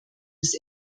des